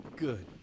Good